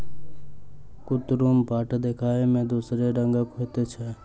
कुतरुम पाट देखय मे दोसरे रंगक होइत छै